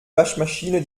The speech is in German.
waschmaschine